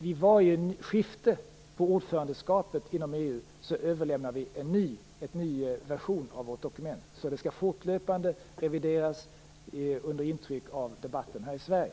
Vid varje skifte på ordförandeskapet inom EU överlämnar vi en ny version av vårt dokument. Det skall fortlöpande revideras under intryck av debatten här i